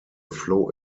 floh